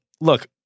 look